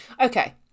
Okay